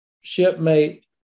shipmate